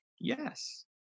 Yes